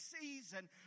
season